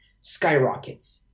skyrockets